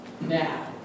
Now